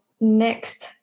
next